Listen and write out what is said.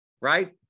right